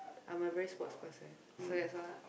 I'm a very sports person so as lah